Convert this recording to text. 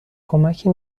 کمکی